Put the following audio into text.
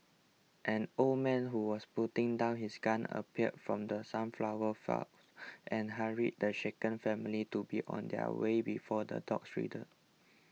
an old man who was putting down his gun appeared from the sunflower and hurried the shaken family to be on their way before the dogs return